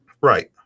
Right